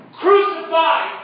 crucified